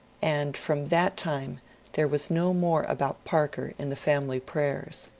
and from that time there was no more about parker in the family prayers.